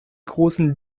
großen